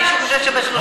מישהו חושב, יודעים.